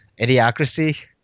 idiocracy